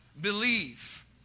Believe